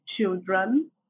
children